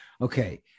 okay